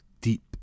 deep